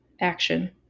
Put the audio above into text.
action